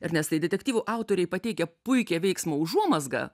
ernestai detektyvų autoriai pateikia puikią veiksmo užuomazgą